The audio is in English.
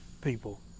people